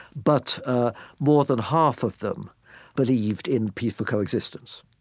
but ah more than half of them believed in peaceful coexistence.